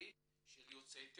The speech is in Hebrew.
מיטבי של יוצאי אתיופיה,